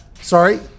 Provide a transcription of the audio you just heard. Sorry